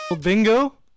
bingo